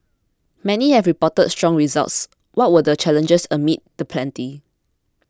many have reported strong results what were the challenges amid the plenty